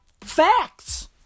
Facts